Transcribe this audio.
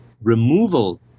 removal